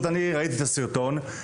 ראיתי את הסרטון,